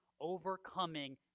overcoming